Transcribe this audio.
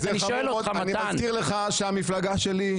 אני מזכיר לך שהמפלגה שלי,